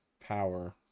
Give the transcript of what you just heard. power